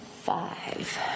five